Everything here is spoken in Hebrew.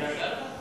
היא ענתה לך?